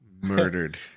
Murdered